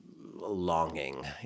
longing